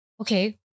okay